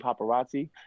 Paparazzi